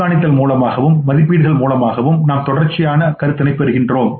கண்காணித்தல் மூலமாகவும் மதிப்பீடுகள் மூலமாகவும் நாம் தொடர்ச்சியான கருத்தினை பெறுகிறோம்